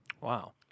wow